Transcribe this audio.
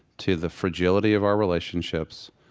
to the fragility of our relationships,